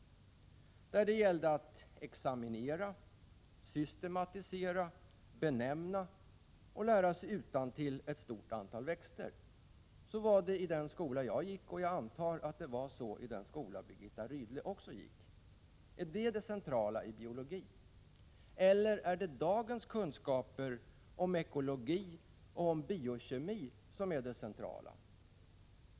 Det gällde att examinera, systematisera, benämna och lära sig utantill ett stort antal växter. Så var det i den skola som jag gick i, och jag antar att det var så i den skola som Birgitta Rydle gick i. Är detta det centrala i biologin, eller är det dagens kunskaper om ekologi, biokemi som är det centrala?